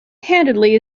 handedly